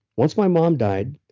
once my mom died,